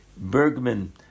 Bergman